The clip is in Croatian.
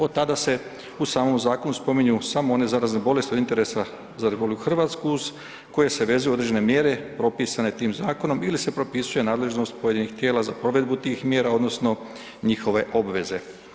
Od tada se u samom zakonu spominju samo one zarazne bolesti od interesa za RH uz koje se vezuju određene mjere propisane tim zakonom ili se propisuje nadležnost pojedinih tijela za provedbu tih mjera odnosno njihove obveze.